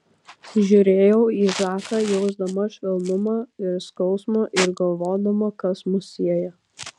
žiūrėjau į zaką jausdama švelnumą ir skausmą ir galvodama kas mus sieja